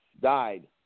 died